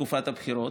תקופת הבחירות,